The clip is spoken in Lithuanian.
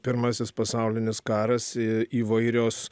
pirmasis pasaulinis karas įvairios